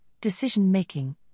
decision-making